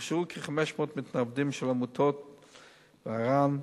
הוכשרו כ-500 מתנדבים של עמותות "סהר" וער"ן,